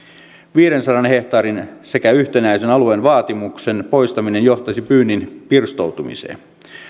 viidensadan hehtaarin sekä yhtenäisen alueen vaatimuksen poistaminen johtaisi pyynnin pirstoutumiseen